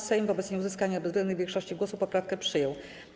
Sejm wobec nieuzyskania bezwzględnej większości głosów poprawkę przyjął.